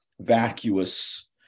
vacuous